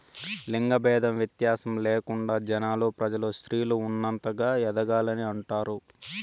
లింగ భేదం వ్యత్యాసం లేకుండా జనాలు ప్రజలు స్త్రీలు ఉన్నతంగా ఎదగాలని అంటారు